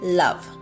love